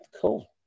Cool